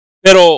pero